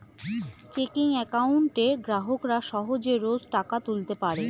checking একাউন্টে গ্রাহকরা সহজে রোজ টাকা তুলতে পারে